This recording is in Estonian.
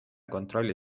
kontrolli